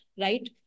right